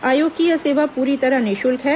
आयोग की यह सेवा पूरी तरह निःशुल्क है